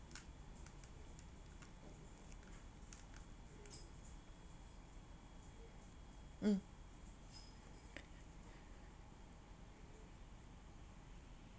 mm